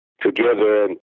together